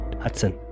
Hudson